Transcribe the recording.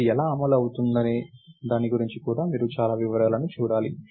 ఇది ఎలా అమలు చేయబడుతుందనే దాని గురించి మీరు చాలా వివరాలను చూడాలి